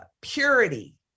purity